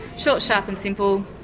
short, sharp and simple.